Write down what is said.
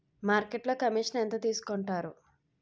మార్కెట్లో కమిషన్ ఎంత తీసుకొంటారు?